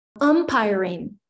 Umpiring